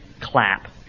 clap